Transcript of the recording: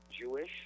Jewish